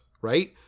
right